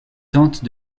tente